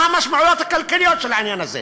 מה המשמעויות הכלכליות של העניין הזה?